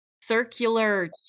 circular